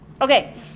Okay